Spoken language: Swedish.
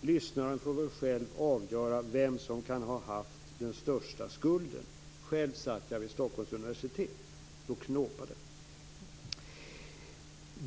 Lyssnaren får väl själv avgöra vem som kan ha haft den största skulden. Själv satt jag vid Stockholms universitet och knåpade.